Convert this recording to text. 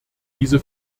diese